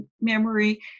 memory